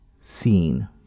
seen